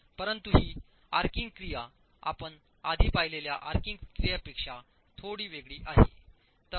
परंतु ही आर्किंग क्रिया आपण आधी पाहिलेल्या आर्किंग क्रियापेक्षा थोडी वेगळी आहे